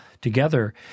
together